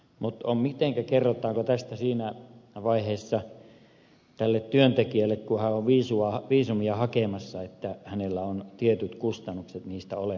mutta kerrotaanko tästä siinä vaiheessa tälle työntekijälle kun hän on viisumia hakemassa että hänellä on tietyt kustannukset niistä olemassa